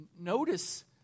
notice